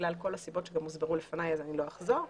בגלל כל הסיבות שהוסברו לפני כן ואני לא אחזור עליהן.